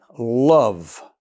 Love